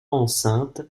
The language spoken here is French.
enceinte